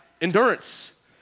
endurance